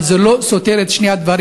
אבל זה לא סותר את הדברים.